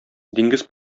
диңгез